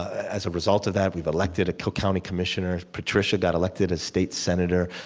as a result of that, we've elected a cook county commissioner. patricia got elected as state senator.